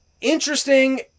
interesting